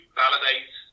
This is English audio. validate